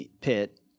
pit